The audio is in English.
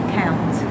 count